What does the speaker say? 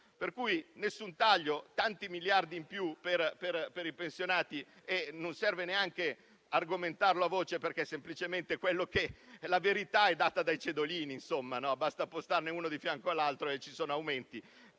ma ci sono tanti miliardi in più per i pensionati: non serve neanche argomentarlo a voce, perché semplicemente la verità è data dai cedolini; basta porli uno di fianco all'altro e ci sono aumenti